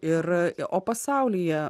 ir o pasaulyje